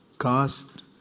Cast